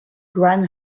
guan